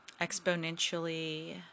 exponentially